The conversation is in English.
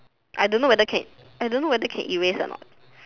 I don't know whether can I don't know whether can erase or not